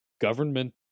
government